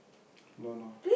no no